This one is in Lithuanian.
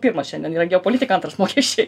pirmas šiandien yra geopolitika antras mokesčiai